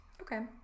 Okay